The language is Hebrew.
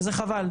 וזה חבל.